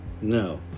No